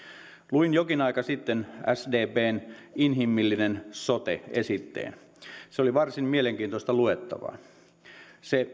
luin jokin aika sitten sdpn inhimillinen sote esitteen se oli varsin mielenkiintoista luettavaa se